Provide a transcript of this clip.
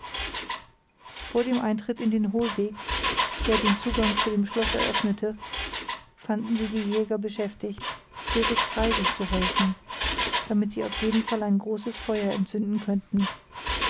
vor dem eintritt in den hohlweg der den zugang zu dem schloß eröffnete fanden sie die jäger beschäftigt dürres reisig zu häufen damit sie auf jeden fall ein großes feuer anzünden könnten